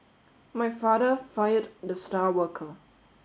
my father fired the star worker